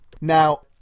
Now